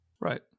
Right